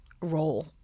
role